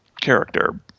character